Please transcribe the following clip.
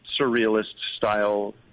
surrealist-style